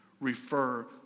refer